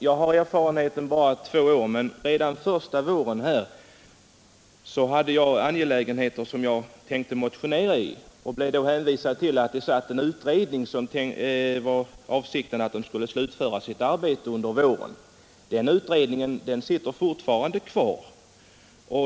Jag 'har erfarenhet bara från två år, men redan första våren här tänkte jag motionera i vissa angelägenheter och blev då hänvisad till att det satt en utredning, som skulle slutföra sitt arbete under våren. Den utredningen sitter fortfarande kvar.